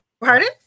pardon